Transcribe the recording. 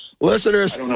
Listeners